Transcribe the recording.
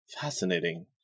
Fascinating